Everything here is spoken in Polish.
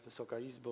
Wysoka Izbo!